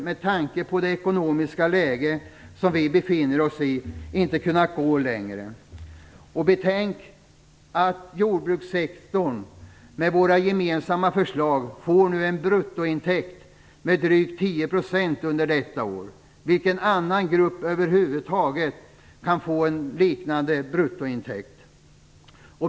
Med tanke på det ekonomiska läge vi befinner oss i har vi socialdemokrater inte kunnat gå längre. Betänk att jordbrukssektorn med våra gemensamma förslag får en bruttointäkt på drygt 10 % under detta år. Vilken annan grupp över huvud taget kan få en liknande bruttointäkt?